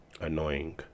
annoying